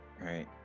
right